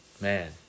Man